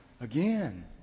again